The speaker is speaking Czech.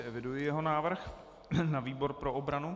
Eviduji jeho návrh na výbor pro obranu.